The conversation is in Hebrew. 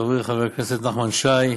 חברי חבר הכנסת נחמן שי,